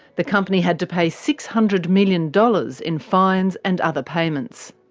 the company had to pay six hundred million dollars in fines and other payments.